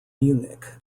munich